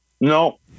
no